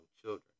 children